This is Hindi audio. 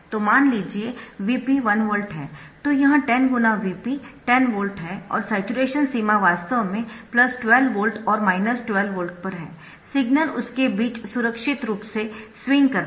तो मान लीजिए Vp 1 वोल्ट है तो यह 10 × Vp 10 वोल्ट है और स्याचुरेशन सीमा वास्तव में 12 वोल्ट और 12 वोल्ट पर है सिग्नल उसके बीच सुरक्षित रूप से स्विंग करता है